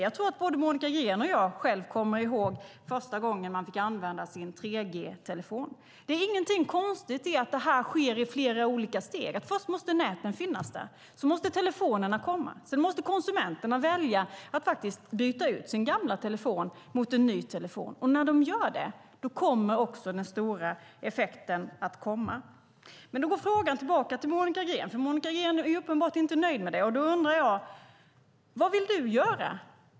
Jag tror att både Monica Green och jag själva kommer ihåg första gången vi fick använda våra 3G-telefoner. Det är ingenting konstigt i att det här sker i flera olika steg. Först måste näten finnas där, sedan måste telefonerna komma och sedan måste konsumenterna välja att faktiskt byta ut sin gamla telefon mot en ny telefon. När de gör det kommer också den stora effekten att komma. Frågan går dock tillbaka till Monica Green, för Monica Green är uppenbarligen inte nöjd med detta. Jag undrar: Vad vill du göra?